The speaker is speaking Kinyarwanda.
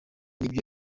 nibyo